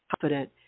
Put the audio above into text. confident